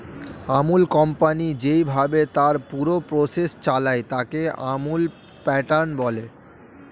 আমূল company যেইভাবে তার পুরো প্রসেস চালায়, তাকে আমূল প্যাটার্ন বলে